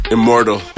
Immortal